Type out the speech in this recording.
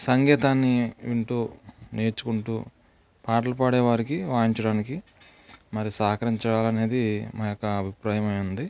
సంగీతాన్ని వింటూ నేర్చుకుంటూ పాటలు పాడే వారికి వాయించడానికి మరి సహకరించాలనేది మా యొక్క అభిప్రాయమై ఉంది